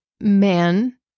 man